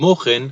כמו כן,